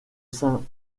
saint